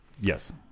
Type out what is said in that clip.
Yes